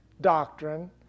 doctrine